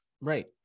Right